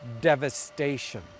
devastation